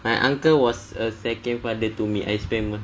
my uncle was a second father to me I spend my